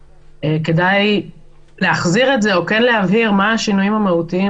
וכדאי להחזיר את זה או כן להבהיר מה השינויים המהותיים,